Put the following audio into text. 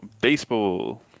baseball